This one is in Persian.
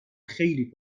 خیلی